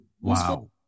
Wow